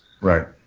Right